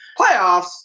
Playoffs